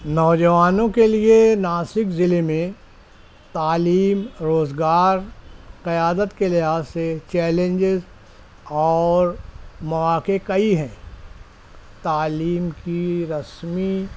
نوجوانوں کے لیے ناسک ضلع میں تعلیم روزگار قیادت کے لحاظ سے چیلنجز اور مواقع کئی ہیں تعلیم کی رسمی